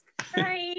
hi